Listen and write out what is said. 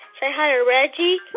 say hi to reggie.